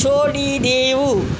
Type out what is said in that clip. છોડી દેવું